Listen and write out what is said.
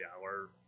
hour